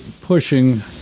pushing